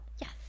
Yes